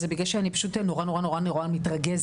זה בגלל שאני נורא נורא מתרגזת,